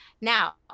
now